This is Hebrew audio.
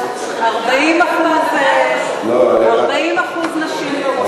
40% נשים במוסדות.